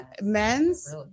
Men's